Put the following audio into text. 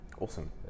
awesome